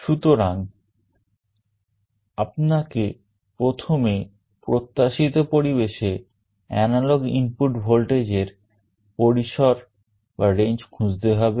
সুতরাং আপনাকে প্রথমে প্রত্যাশিত পরিবেশে এনালগ ইনপুট ভোল্টেজের পরিসর খুঁজতে হবে